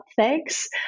thanks